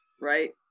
right